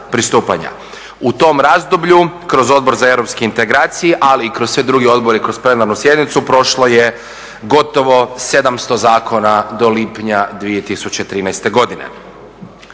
U tom razdoblju kroz Odbor za europske integracije ali i kroz sve druge odbore i kroz plenarnu sjednicu prošlo je gotovo 700 zakona do lipnja 2013. godine.